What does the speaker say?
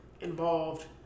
involved